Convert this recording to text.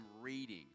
reading